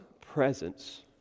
presence